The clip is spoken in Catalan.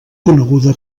coneguda